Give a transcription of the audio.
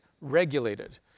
regulated